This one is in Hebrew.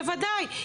בוודאי,